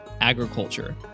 agriculture